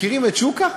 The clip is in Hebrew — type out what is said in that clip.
מכירים את שוקה?